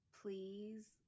Please